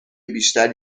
بیشتر